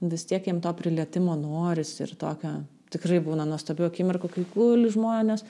vis tiek jiem to prilietimo norisi ir tokio tikrai būna nuostabių akimirkų kai guli žmonės